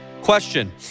Question